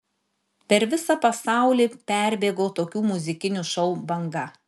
per visą pasaulį perbėgo tokių muzikinių šou banga